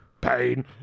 Pain